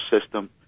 system